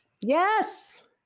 Yes